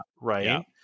right